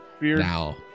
Now